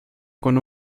con